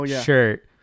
shirt